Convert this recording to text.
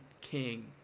king